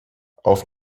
auf